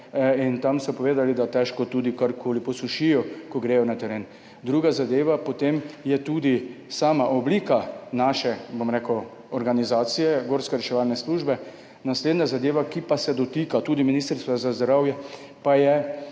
garaži. Povedali so, da tam težko tudi kar koli posušijo, ko gredo na teren. Druga zadeva je tudi sama oblika organizacije gorske reševalne službe. Naslednja zadeva, ki pa se dotika tudi Ministrstva za zdravje, pa je,